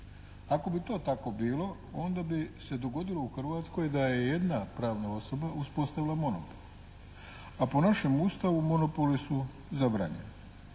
Ako bi to tako bilo onda bi se dogodilo u Hrvatskoj da je jedna pravna osoba uspostavila monopol. A po našem Ustavu monopoli su zabranjeni.